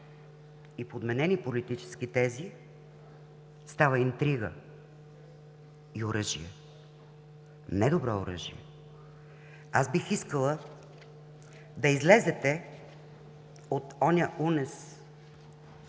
и подменени политически тези, става интрига и оръжие, недобро оръжие. Бих искала да излезете от оня унес,